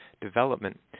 development